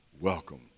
welcome